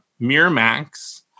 Miramax